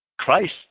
Christ